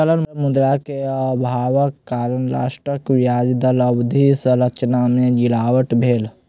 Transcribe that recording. तरल मुद्रा के अभावक कारण राष्ट्रक ब्याज दर अवधि संरचना में गिरावट भेल